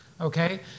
okay